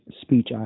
speech